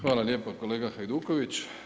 Hvala lijepa kolega Hajduković.